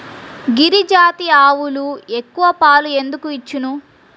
గిరిజాతి ఆవులు ఎక్కువ పాలు ఎందుకు ఇచ్చును?